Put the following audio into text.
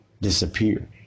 disappear